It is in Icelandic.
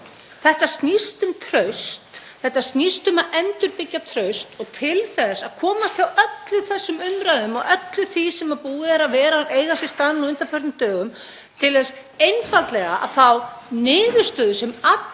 Þetta snýst um traust, þetta snýst um að endurbyggja traust. Og til að komast hjá öllum þessum umræðum og öllu því sem búið er að eiga sér stað nú á undanförnum dögum til þess einfaldlega að fá niðurstöðu sem allir